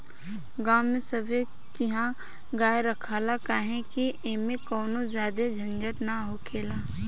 गांव में सभे किहा गाय रखाला काहे कि ऐमें कवनो ज्यादे झंझट ना हखेला